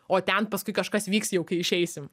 o ten paskui kažkas vyks jau kai išeisim